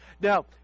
Now